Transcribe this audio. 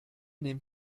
nehmt